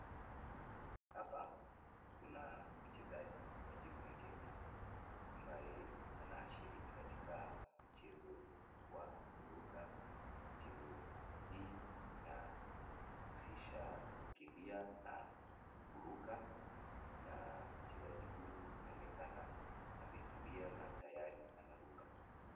Hapa Kuna mchezaji wa timu ya Kenya ambaye anashiriki katika mchezo wa kuruka mchezo hii inahusisha kukimbia na kuruka na mchezaji huyu anaonekana amekimbia na tayari anaruka